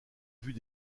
vues